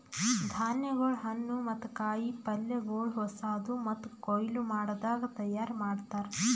ಧಾನ್ಯಗೊಳ್, ಹಣ್ಣು ಮತ್ತ ಕಾಯಿ ಪಲ್ಯಗೊಳ್ ಹೊಸಾದು ಮತ್ತ ಕೊಯ್ಲು ಮಾಡದಾಗ್ ತೈಯಾರ್ ಮಾಡ್ತಾರ್